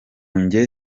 njye